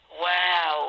Wow